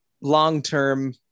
long-term